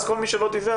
כך כל מי שלא דיווח